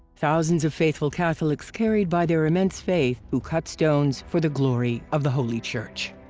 thousands of faithful catholics carried by their immense faith who cut stones for the glory of the holy church.